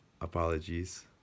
Apologies